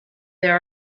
there